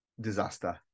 disaster